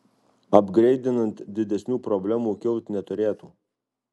apgreidinant didesnių problemų kilt neturėtų